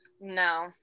No